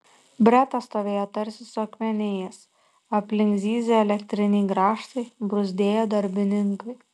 bretas stovėjo tarsi suakmenėjęs aplink zyzė elektriniai grąžtai bruzdėjo darbininkai